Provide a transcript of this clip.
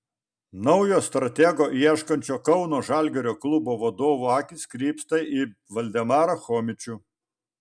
naujo stratego ieškančio kauno žalgirio klubo vadovų akys krypsta į valdemarą chomičių